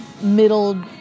Middle